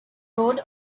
road